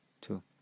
two